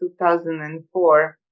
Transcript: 2004